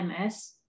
MS